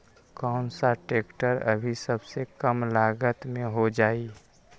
कौन सा ट्रैक्टर अभी सबसे कम लागत में हो जाइ?